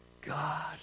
God